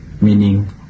meaning